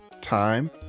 time